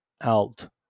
out